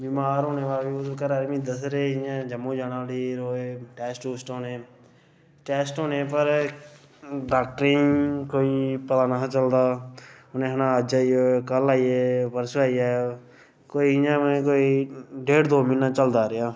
बमार होने दे बाद मिगी घरै आह्ले दसदे रेह् इ'यां जम्मू जाना उठी रोज टैस्ट शुस्ट होने टैस्ट होने पर डाक्टरें गी कोई पता नेहा चलदा उ'नें आखना अज्ज आई जाएओ कल आई जाएओ परसूं आई जाए ओ कोई इ'यां में कोई डेढ दो म्हीना में चलदा रेहा